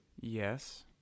Yes